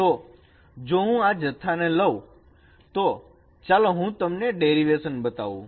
તો જો હું આ જથ્થાને લવ તોચાલો હું તમને ડેરીવેશન બતાવું